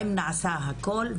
האם נעשה הכל?